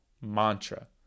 Mantra